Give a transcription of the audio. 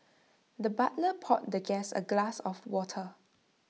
the butler poured the guest A glass of water